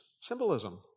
symbolism